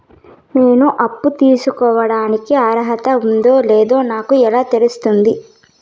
నేను అప్పు తీసుకోడానికి అర్హత ఉందో లేదో నాకు ఎలా తెలుస్తుంది?